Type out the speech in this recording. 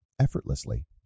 effortlessly